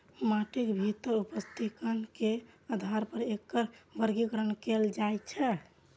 माटिक भीतर उपस्थित कण के आधार पर एकर वर्गीकरण कैल जाइ छै